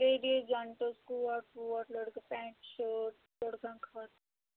ladies gents coat ووٹ لٔڑکہٕ pant shirt لٔڑکَن خٲطرٕ